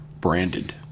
branded